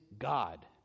God